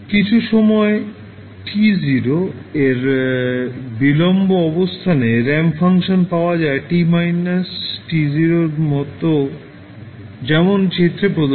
কিছু সময় t0 এ বিলম্ব অবস্থানে র্যাম্প ফাংশন পাওয়া যায় t − t0 এর মত যেমন চিত্রে প্রদর্শিত